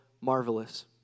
marvelous